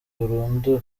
burundu